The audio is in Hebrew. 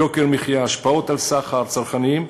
יוקר מחיה, השפעות על סחר, וצרכניים,